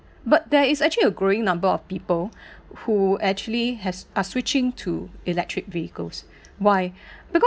but there is actually a growing number of people who actually has are switching to electric vehicles why because